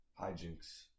hijinks